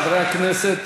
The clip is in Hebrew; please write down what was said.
חברי הכנסת,